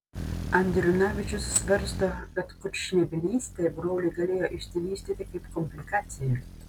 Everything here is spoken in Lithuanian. andriunavičius svarsto kad kurčnebylystė broliui galėjo išsivystyti kaip komplikacija